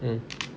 mm